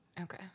Okay